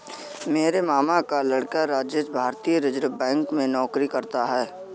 मेरे मामा का लड़का राजेश भारतीय रिजर्व बैंक में नौकरी करता है